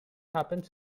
happens